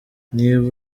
niba